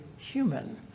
human